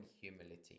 humility